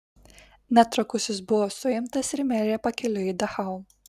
netrukus jis buvo suimtas ir mirė pakeliui į dachau